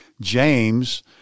James